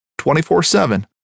24-7